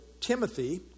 Timothy